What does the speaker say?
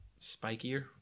spikier